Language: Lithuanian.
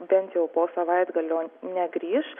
bent jau po savaitgalio negrįš